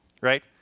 right